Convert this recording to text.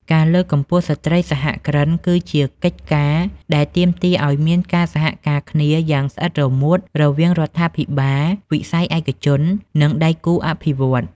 ការលើកកម្ពស់ស្ត្រីសហគ្រិន គឺជាកិច្ចការដែលទាមទារឱ្យមានការសហការគ្នាយ៉ាងស្អិតរមួតរវាងរដ្ឋាភិបាល វិស័យឯកជន និងដៃគូអភិវឌ្ឍន៍។